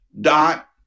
Dot